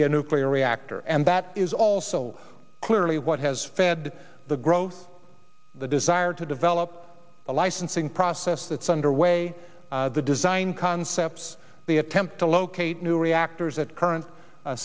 be a nuclear reactor and that is also clearly what has fed the growth the desire to develop a licensing process that's underway the design concepts the attempt to locate new reactors at current